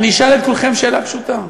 אני אשאל את כולכם שאלה פשוטה: